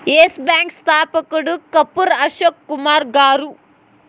yes Bank స్థాపకుడు కపూర్ అశోక్ కుమార్ గారు